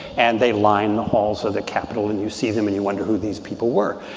and they line the halls of the capitol. and you see them, and you wonder who these people were.